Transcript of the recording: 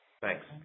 Thanks